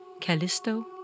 Callisto